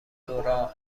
لورا